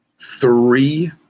three